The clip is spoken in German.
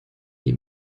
die